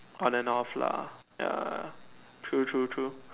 on and off lah ya true true true